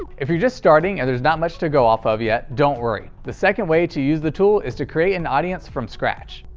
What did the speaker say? if you're just starting and there's not much to go off yet, don't worry. the second way to use the tool is to create an audience from scratch.